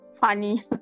funny